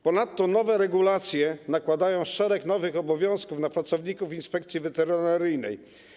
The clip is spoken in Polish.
Ponadto nowe regulacje nakładają szereg nowych obowiązków na pracowników inspekcji weterynaryjnej.